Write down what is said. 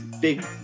big